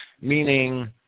meaning